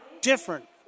different